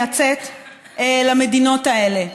שמדינת ישראל מייצאת למדינות האלה.